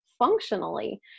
functionally